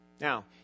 Now